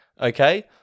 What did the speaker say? Okay